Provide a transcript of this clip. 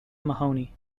mahoney